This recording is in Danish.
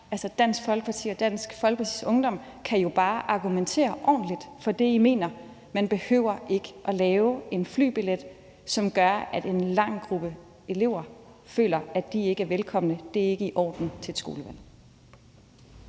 Dansk Folkeparti og Dansk Folkepartis Ungdom kan jo bare argumentere ordentligt for det, I mener. Man behøver ikke at lave en flybillet, som gør, at en lang række elever føler, at de ikke er velkomne. Det er ikke i orden til et skolevalg.